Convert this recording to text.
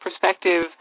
perspective